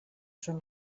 són